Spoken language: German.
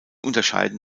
unterscheiden